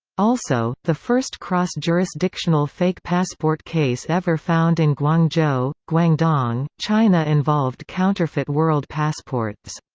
also, the first cross-jurisdictional fake passport case ever found in guangzhou, guangdong, china involved counterfeit world passports.